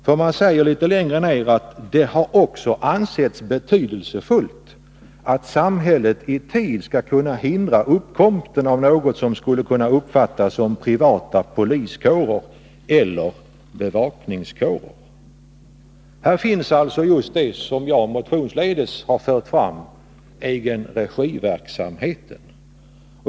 Man säger nämligen litet längre ned: ”Det har också ansetts betydelsefullt att samhället i tid skall kunna hindra uppkomsten av något som skulle kunna uppfattas som privata poliskårer eller bevakningskårer.” Här finns alltså just det som jag motionsledes har fört fram i fråga om egenregiverksamheten.